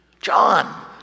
John